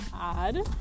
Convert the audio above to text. add